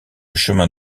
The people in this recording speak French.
chemin